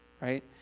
right